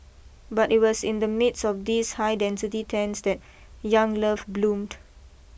but it was in the midst of these high density tents that young love bloomed